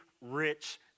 rich